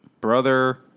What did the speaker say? brother